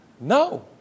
No